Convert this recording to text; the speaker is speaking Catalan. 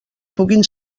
puguin